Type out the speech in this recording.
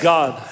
God